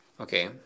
Okay